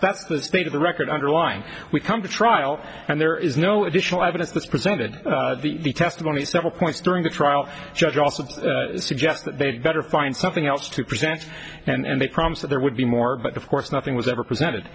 that's the state of the record underlying we've come to trial and there is no additional evidence that's presented the testimony several points during the trial judge also suggests that they had better find something else to present and they promise that there would be more but of course nothing was ever presented